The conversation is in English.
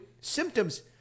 Symptoms